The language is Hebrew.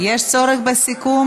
יש צורך בסיכום?